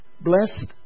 Blessed